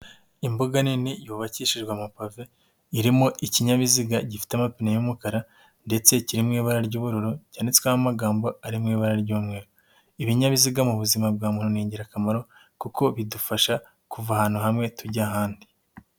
Imbuga nini yubakishijwe amapave, irimo ikinyabiziga gifite amapine y'umukara ndetse kiri mu ibara ry'ubururu cyanditsweho amagambo ari mu ibara ry'umweru. Ibinyabiziga mu buzima bwa muntu ni ingirakamaro kuko bidufasha kuva ahantu hamwe tujya ahandi.